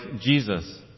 Jesus